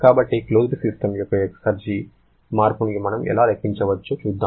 కాబట్టి closed system యొక్క exergy మార్పును మనం ఎలా లెక్కించవచ్చో చూద్దాం